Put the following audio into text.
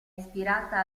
ispirata